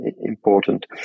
important